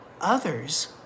Others